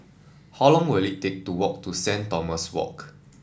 how long will it take to walk to Saint Thomas Walk